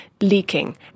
leaking